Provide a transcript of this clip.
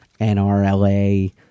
NRLA